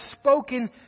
spoken